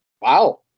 Wow